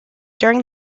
during